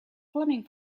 fleming